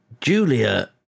Julia